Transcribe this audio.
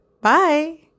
Bye